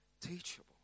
teachable